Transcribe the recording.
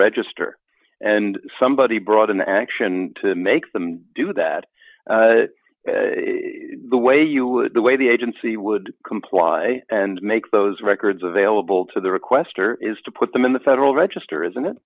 register and somebody brought an action to make them do that the way you would the way the agency would comply and make those records available to the requester is to put them in the federal register isn't it